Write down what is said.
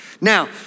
Now